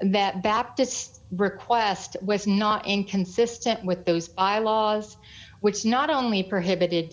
that baptists request was not inconsistent with those i laws which not only prohibited